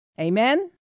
Amen